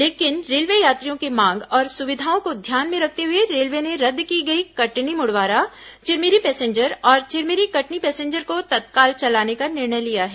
लेकिन रेल यात्रियों की मांग और सुविधाओं को ध्यान में रखते हुए रेलवे ने रद्द की गई कटनी मुड़वारा चिरमिरी पैसेंजर और चिरमिरी कटनी पैसेंजर को तत्काल चलाने का निर्णय लिया है